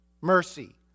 Mercy